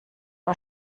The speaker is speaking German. war